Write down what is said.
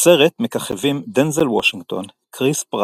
בסרט מככבים דנזל וושינגטון, כריס פראט,